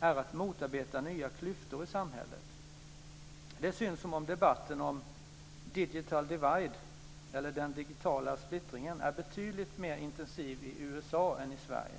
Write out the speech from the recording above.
är att motarbeta nya klyftor i samhället. Det syns som om debatten om digital divide, eller den digitala splittringen är betydligt mer intensiv i USA än i Sverige.